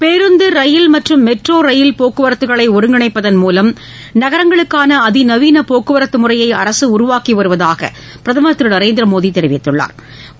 பேருந்து ரயில் மற்றும் metro rail போக்குவரத்துகளை ஒருங்கிணைப்பதன் மூலம் நகரங்களுக்கான அதிநவீள போக்குவரத்து முறையை அரசு உருவாக்கி வருவதாக பிரதமர் திரு நரேந்திர மோடி தெரிவித்துள்ளா்